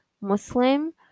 muslim